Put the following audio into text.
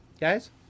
guys